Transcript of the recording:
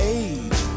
age